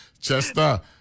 Chester